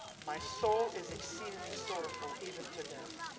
my soul is exceedingly sorrowful, even to death.